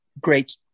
great